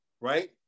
Right